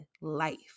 life